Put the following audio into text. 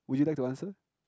would you like to answer